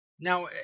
Now